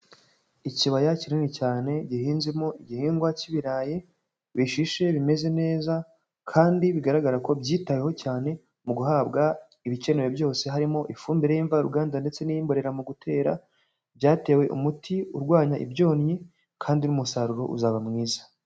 Ikibaya kinini cyane gihinzemo igihingwa cy'ibirayi, bishishe bimeze neza, kandi bigaragara ko byitaweho cyane mu guhabwa ibikenewe byose, harimo ifumbire y'imvaruganda ndetse n'iyimborera mu gutera, byatewe umuti urwanya ibyonnyi kandi n'umusaruro uzaba mwiza.